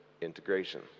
integration